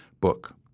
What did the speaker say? book